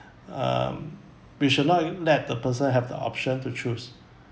um we should not let the person have the option to choose